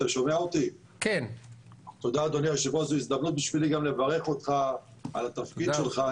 זאת הזדמנות בשבילי לברך אותך על התפקיד שלך.